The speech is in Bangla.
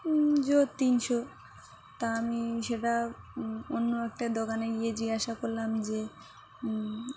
জোর তিনশো তা আমি সেটা অন্য একটা দোকানে গিয়ে জিজ্ঞাসা করলাম যে